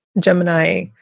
Gemini